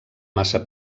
massa